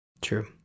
true